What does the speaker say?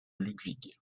ludwig